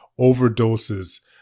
overdoses